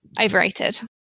overrated